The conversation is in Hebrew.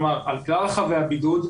כלומר על כלל חבי הבידוד,